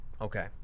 Okay